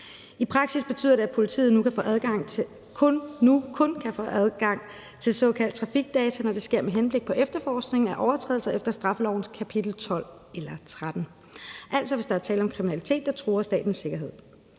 I praksis betyder det, at politiet nu kun kan få adgang til såkaldt trafikdata, når det sker med henblik på efterforskningen af overtrædelser efter straffelovens kapitel 12 eller 13, altså hvis der er tale om kriminalitet, der truer statens sikkerhed.